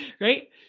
right